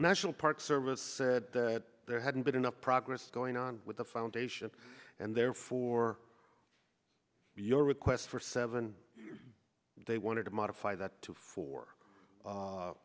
national park service said that there hadn't been enough progress going on with the foundation and therefore your request for seven they wanted to modify that to for